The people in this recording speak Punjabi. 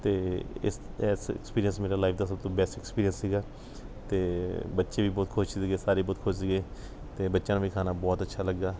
ਅਤੇ ਇਸ ਐਸਾ ਐਕਸਪੀਰੀਐਂਸ ਮੇਰਾ ਲਾਈਫ ਦਾ ਸਭ ਤੋਂ ਬੈੱਸਟ ਐਕਸਪੀਰੀਐਂਸ ਸੀਗਾ ਅਤੇ ਬੱਚੇ ਵੀ ਬਹੁਤ ਖੁਸ਼ ਸੀਗੇ ਸਾਰੇ ਬਹੁਤ ਖੁਸ਼ ਸੀਗੇ ਅਤੇ ਬੱਚਿਆਂ ਨੂੰ ਵੀ ਖਾਣਾ ਬਹੁਤ ਅੱਛਾ ਲੱਗਾ